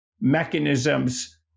mechanisms